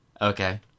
okay